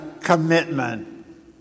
commitment